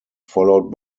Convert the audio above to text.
followed